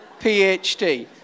PhD